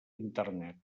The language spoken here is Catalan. internet